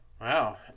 Wow